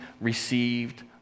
received